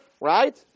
right